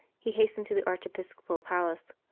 he hastened to the archiepiscopal palace,